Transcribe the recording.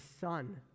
son